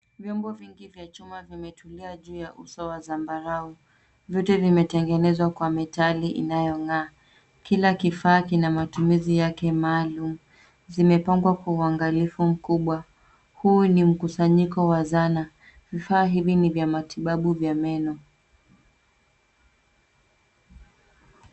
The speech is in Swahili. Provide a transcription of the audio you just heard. Vyombo vingi vya chuma vimetulia juu ya uso wa zambarau, vitu vimetengenezwa kwa metali inayong'aa. Kila kifaa kina matumizi yake maalum, zimepangwa kwa uangalifu mkubwa. Huu ni mkusanyiko wa zana, vifaa hivi ni vya matibabu vya meno.